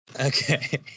Okay